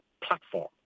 platform